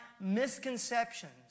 misconceptions